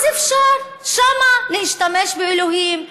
אז אפשר שם להשתמש באלוהים,